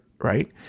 right